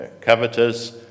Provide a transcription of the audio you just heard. covetous